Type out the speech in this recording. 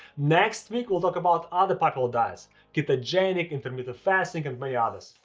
next week we'll talk about other popular diets ketogenic, intermittent fasting, and many ah others.